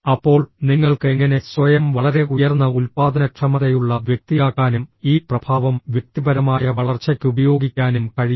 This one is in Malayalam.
അപ്പോൾ നിങ്ങൾക്ക് എങ്ങനെ സ്വയം വളരെ ഉയർന്ന ഉൽപ്പാദനക്ഷമതയുള്ള വ്യക്തിയാക്കാനും ഈ പ്രഭാവം വ്യക്തിപരമായ വളർച്ചയ്ക്ക് ഉപയോഗിക്കാനും കഴിയും